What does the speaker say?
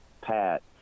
pat